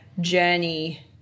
Journey